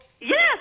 Yes